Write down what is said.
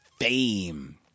Fame